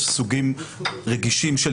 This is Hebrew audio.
להגיד איזה סוג מקרים כן, איזה סוג מקרים לא.